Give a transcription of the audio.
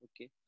Okay